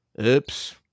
Oops